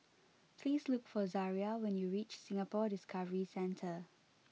please look for Zariah when you reach Singapore Discovery Centre